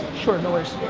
short doors.